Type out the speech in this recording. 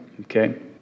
okay